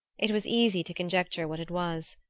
it was easy to conjecture what it was.